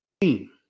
team